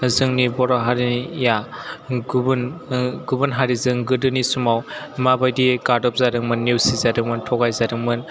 जोंनि बर' हारिया गुबुन गुबुन हारिजों गोदोनि समाव माबायदि गादबजादोंमोन नेवसिजादोंमोन थगायजादोंमोन